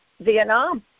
Vietnam